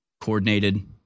coordinated